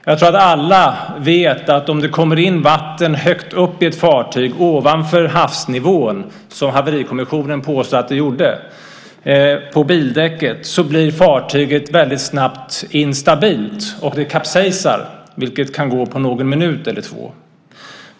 Jag tror att alla vet att om det kommer in vatten högt upp i ett fartyg, ovanför havsnivån - som Haverikommissionen påstår att det gjorde på bildäcket - blir fartyget väldigt snabbt instabilt och kapsejsar, vilket kan gå på någon minut eller två.